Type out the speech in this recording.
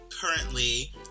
Currently